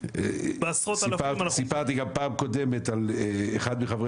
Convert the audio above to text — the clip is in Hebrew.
בעשרות אלפים- -- סיפרתי גם בפעם הקודמת על אחד מחברי